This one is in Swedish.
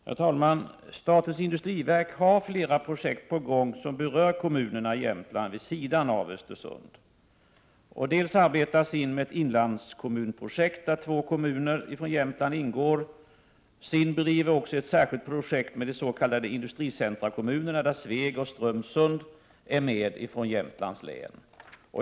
Herr talman! Statens industriverk har flera projekt på gång som berör kommunerna i Jämtland vid sidan av Östersund. SIND arbetar med ett inlandskommunprojekt där två kommuner från Jämtland ingår. SIND bedriver också ett särskilt projekt med de s.k. industricentrakommunerna, där Sveg och Strömsund är med från Jämtlands län.